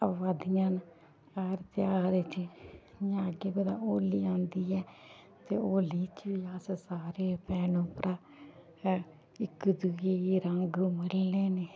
आवा दियां न हर ध्यार च इ'यां अग्गें कुतै होली आंदी ऐ ते होली च बी अस सारे भैन भ्राऽ इक दुए गी रंग मलने न